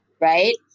right